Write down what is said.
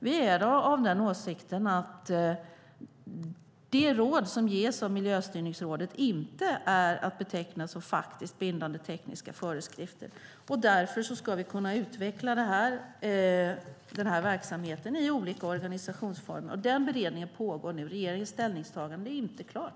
Vi är av den åsikten att de råd som ges av Miljöstyrningsrådet inte är att beteckna som faktiskt bindande tekniska föreskrifter. Därför ska vi kunna utveckla verksamheten i olika organisationsformer. Den beredningen pågår nu. Regeringens ställningstagande är inte klart.